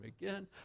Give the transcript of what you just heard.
again